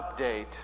update